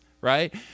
right